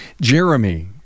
Jeremy